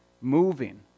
moving